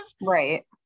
Right